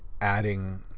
adding